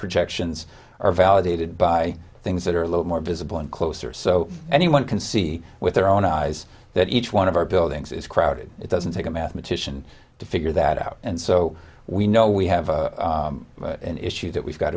projections are validated by things that are a lot more visible and closer so anyone can see with their own eyes that each one of our buildings is crowded it doesn't take a mathematician to figure that out and so we know we have an issue that we've got